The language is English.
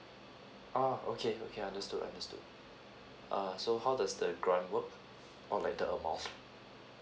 ah okay okay understood understood uh so how does the grant work or like the amount